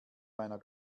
meiner